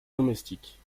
domestique